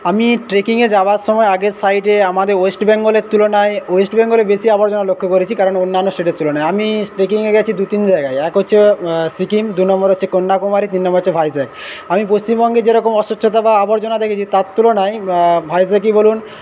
আমি ট্রেকিংয়ে যাওয়ার সময় আগের সাইডে আমাদের ওয়েস্ট বেঙ্গলের তুলনায় ওয়েস্ট বেঙ্গলে বেশী আবর্জনা লক্ষ্য করেছি কারণ অন্যান্য স্টেটের তুলনায় আমি ট্রেকিংয়ে গেছি দু তিন জায়গায় এক হচ্ছে সিকিম দু নম্বর হচ্ছে কন্যাকুমারী তিন নম্বর হচ্ছে ভাইজ্যাক আমি পশ্চিমবঙ্গে যেরকম অস্বচ্ছতা বা আবর্জনা দেখেছি তার তুলনায় ভাইজ্যাকই বলুন